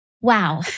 wow